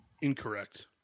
Incorrect